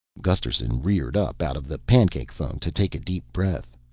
gusterson reared up out of the pancake phone to take a deep breath.